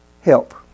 help